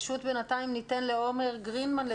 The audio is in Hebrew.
עומר גרינמן,